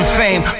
fame